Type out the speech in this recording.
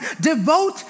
devote